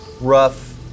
rough